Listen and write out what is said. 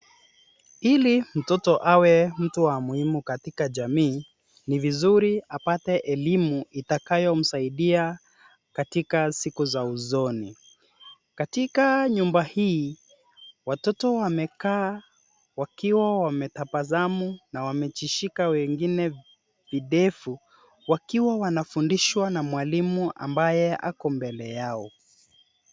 Ili mtoto awe mtu wa muhimu katika jamii, ni vizuri apate elimu itakayomsaidia katika siku za usoni. Katika nyumba hii, watoto wamekaa wakiwa wametabasamu na wamejishika wengine videvu wakiwa wanafundishwa na mwalimu ambaye ako mbele yao.